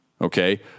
okay